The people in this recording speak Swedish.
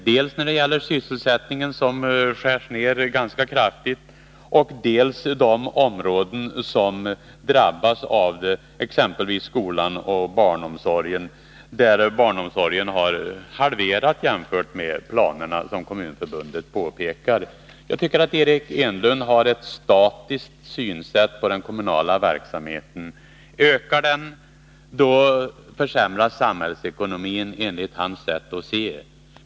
Det gäller dels sysselsättningen, dels de områden som drabbas av nedskärning, exempelvis skolan och barnomsorgen. Barnomsorgsutbyggnaden har ju, som Kommunförbundet påpekar, halverats jämfört med planerna. Jag tycker att Eric Enlund har ett statiskt synsätt när det gäller den kommunala verksamheten. Ökar denna, försämras — enligt hans sätt att se — samhällsekonomin.